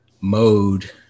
mode